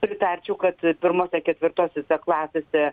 pritarčiau kad pirmose ketvirtosiose klasėse